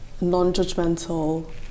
non-judgmental